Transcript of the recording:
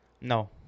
No